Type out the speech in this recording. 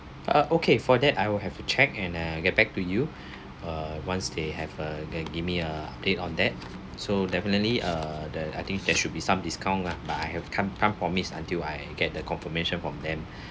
uh okay for that I will have a check and uh get back to you uh once they have a uh give me a update on that so definitely uh the I think there should be some discount ah but I have can't can't promised until I get the confirmation from them